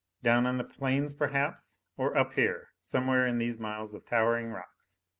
down on the plains, perhaps? or up here, somewhere in these miles of towering rocks?